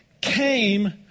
came